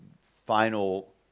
final